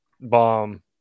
bomb